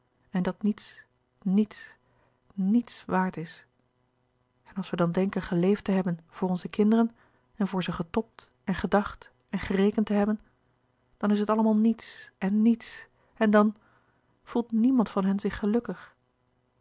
en dat niets niets niets waard is en als wij dan denken geleefd te hebben voor onze kinderen en voor ze getobd en gedacht en gerekend te hebben dan is het allemaal niets en niets en dan voelt niemand van hen zich gelukkig